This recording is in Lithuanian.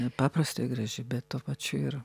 nepaprastai graži bet tuo pačiu ir